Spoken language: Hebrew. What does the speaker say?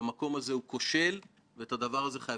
זה סנקציות והרבה דברים אחרים.